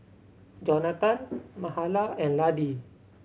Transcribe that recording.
Jonatan Mahala and Laddie